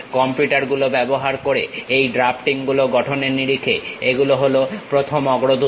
কম্পিউটারগুলো ব্যবহার করে এই ড্রাফটিং গুলো গঠনের নিরিখে এগুলো হলো প্রথম অগ্রদূত